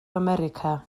america